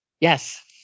Yes